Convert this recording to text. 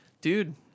dude